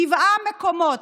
שבעה מקומות.